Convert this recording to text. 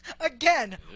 Again